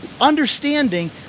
understanding